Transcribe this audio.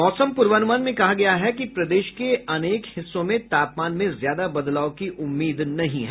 मौसम पूर्वानुमान में कहा गया है कि प्रदेश के अनेक हिस्सों में तापमान में ज्यादा बदलाव की उम्मीद नहीं है